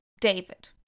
David